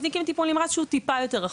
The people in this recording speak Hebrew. מזניקים טיפול נמרץ שהוא טיפה יותר רחוק.